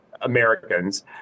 Americans